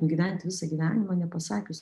nugyvent visą gyvenimą nepasakius